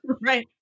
right